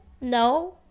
no